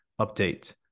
update